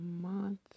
month